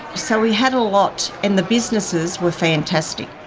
so we had a lot, and the businesses were fantastic.